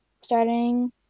starting